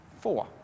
four